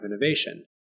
innovation